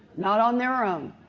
not on their own.